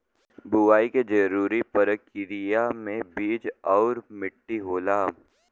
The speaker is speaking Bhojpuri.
बुवाई के जरूरी परकिरिया में बीज आउर मट्टी होला